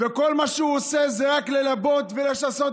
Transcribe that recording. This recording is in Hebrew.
וכל מה שהוא עושה זה רק ללבות ולשסות.